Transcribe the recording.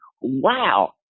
wow